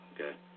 okay